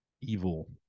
evil